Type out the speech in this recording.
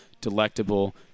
delectable